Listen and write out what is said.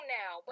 now